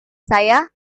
saya